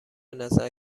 نظر